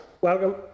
Welcome